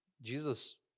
Jesus